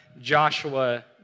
Joshua